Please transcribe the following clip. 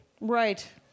Right